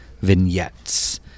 vignettes